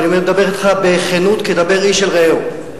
ואני מדבר אתך בכנות כדבר איש אל רעהו,